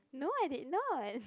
no I did not